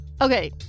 Okay